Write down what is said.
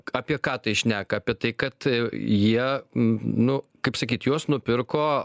ką apie ką tai šneka apie tai kad jie nu kaip sakyt juos nupirko